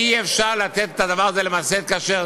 אי-אפשר למסד את הדבר הזה כאשר